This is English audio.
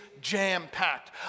jam-packed